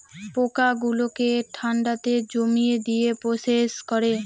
পোকা গুলোকে ঠান্ডাতে জমিয়ে দিয়ে প্রসেস করে